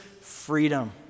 freedom